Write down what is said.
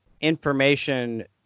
information